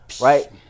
right